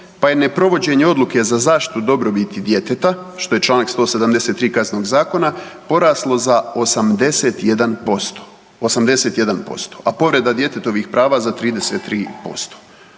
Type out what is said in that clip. pa je neprovođenje odluke za zaštitu dobrobiti djeteta što je Članka 173. Kaznenog zakona poraslo za 81%, 81%, a povreda djetetovih prava za 33%.